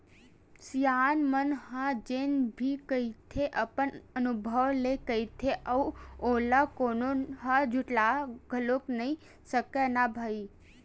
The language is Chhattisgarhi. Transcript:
सियान मन ह जेन भी कहिथे अपन अनभव ले कहिथे अउ ओला कोनो ह झुठला घलोक नइ सकय न भई